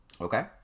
okay